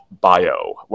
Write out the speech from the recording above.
bio